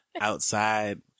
outside